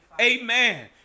amen